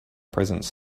presence